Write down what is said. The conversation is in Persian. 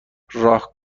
راه